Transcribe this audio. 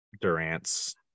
Durant's